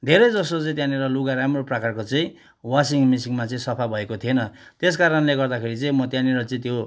धेरै जसो चाहिँ त्यहाँनिर लुगा राम्रो प्रकारको चाहिँ वासिङ मिसिनमा चाहिँ सफा भएको थिएन त्यसकारणले गर्दाखेरि चाहिँ म त्यहाँनिर चाहिँ त्यो